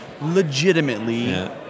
legitimately